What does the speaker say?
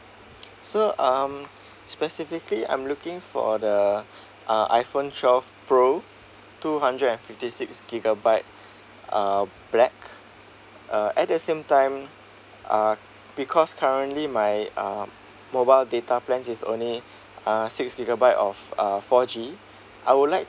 so um specifically I'm looking for the uh iphone twelve pro two hundred and fifty six gigabyte uh black uh at the same time uh because currently my uh mobile data plan is only uh six gigbyte of uh four G I would like